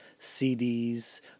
CDs